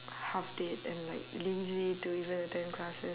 half dead and like lazy to even attend classes